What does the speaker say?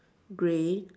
gray